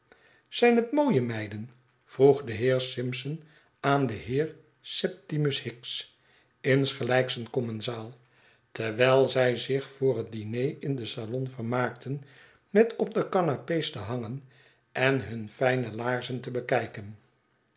zijn het mooie meiden vroeg de heer simpson aan den heer septimus hicks insgelyks een commensaal terwijl zij zich voor het diner in den salon vermaakten met op de canapes te hangen en hun fijne laarzen te bekijken